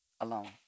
alone